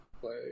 play